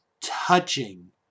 touching